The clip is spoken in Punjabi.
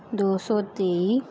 ਦੋ ਸੌ ਤੇਈ